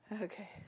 Okay